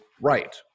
right